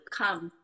come